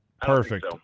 Perfect